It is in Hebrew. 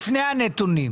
לפני הנתונים